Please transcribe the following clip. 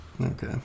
Okay